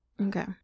Okay